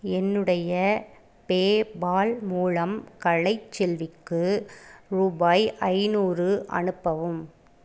என்னுடைய பேபால் மூலம் கலைச்செல்விக்கு ரூபாய் ஐநூறு அனுப்பவும்